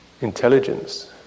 intelligence